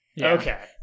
Okay